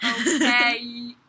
Okay